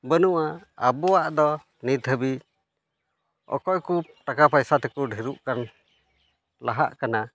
ᱵᱟᱹᱱᱩᱜᱼᱟ ᱟᱵᱚᱣᱟᱜ ᱫᱚ ᱱᱤᱛ ᱫᱷᱟᱹᱵᱤᱡ ᱚᱠᱚᱭ ᱠᱚ ᱴᱟᱠᱟ ᱯᱚᱭᱥᱟ ᱛᱮᱠᱚ ᱰᱷᱮᱹᱨᱚᱜ ᱠᱟᱱ ᱞᱟᱦᱟᱜ ᱠᱟᱱᱟ